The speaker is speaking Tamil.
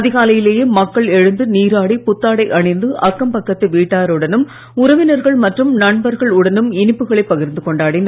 அதிகாலையிலேயே மக்கள் எழுந்து நீராடி புத்தாடை அணிந்து அக்கம்பக்கத்து வீட்டாருடனும் உறவினர்கள் மற்றும் நண்பர்கள் உடனும் இனிப்புக்களைப் பகிர்ந்து கொண்டாடினர்